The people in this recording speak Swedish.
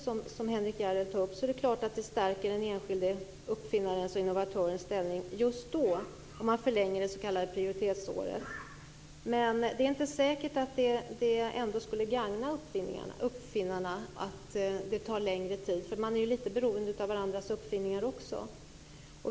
Det är klart att en förlängning av det s.k. prioritetsåret stärker den enskilde uppfinnarens och innovatörens ställning just då. Men det är inte säkert att det skulle gagna uppfinnarna. De är litet beroende av varandras uppfinningar.